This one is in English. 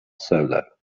solo